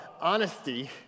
honesty